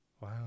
Wow